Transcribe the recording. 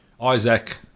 Isaac